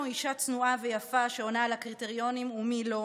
אישה צנועה ויפה שעונה על הקריטריונים ומי לא.